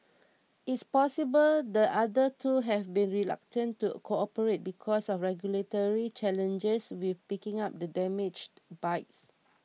it's possible the other two have been reluctant to cooperate because of regulatory challenges with picking up the damaged bikes